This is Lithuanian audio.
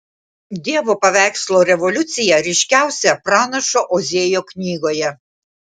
dievo paveikslo revoliucija ryškiausia pranašo ozėjo knygoje